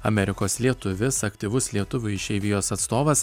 amerikos lietuvis aktyvus lietuvių išeivijos atstovas